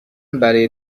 برای